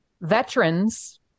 veterans